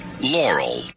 Laurel